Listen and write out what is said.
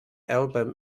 album